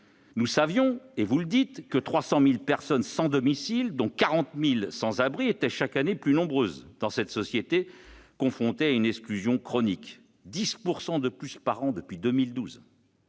Nous savions que les 300 000 personnes sans domicile, dont 40 000 sans-abri, étaient chaque année plus nombreuses dans cette société confrontée à une exclusion chronique : 10 % de plus par an depuis 2012